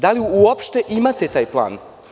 Da li uopšte imate taj plan?